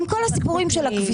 עם כל הסיפורים של הכביסות.